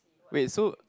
wait so